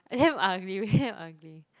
damn ugly damn ugly